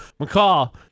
McCall